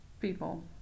people